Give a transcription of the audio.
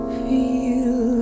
feel